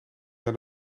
naar